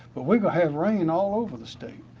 but we could have rain all over the state.